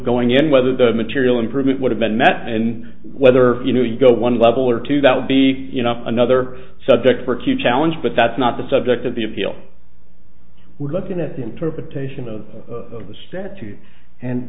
going in whether the material improvement would have been met and whether you know you go one level or two that would be enough another subject for q challenge but that's not the subject of the appeal we're looking at the interpretation of the statute and